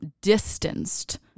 distanced